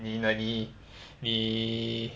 你的你你